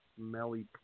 smelly